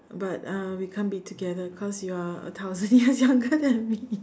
but uh we can't be together because you're a thousand year younger than me